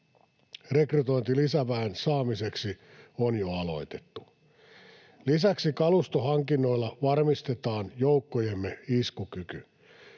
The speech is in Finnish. Rekrytointi lisäväen saamiseksi on jo aloitettu. Lisäksi kalustohankinnoilla varmistetaan joukkojemme iskukyky.